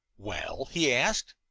well? he asked.